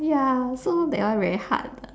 ya so that one very hard lah